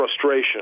Frustration